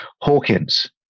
Hawkins